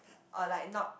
or like not